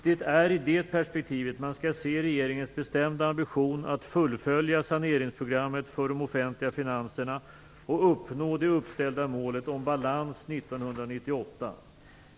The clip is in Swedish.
Det är i det perspektivet man skall se regeringens bestämda ambition att fullfölja saneringsprogrammet för de offentliga finanserna och uppnå det uppställda målet om balans 1998.